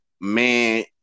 man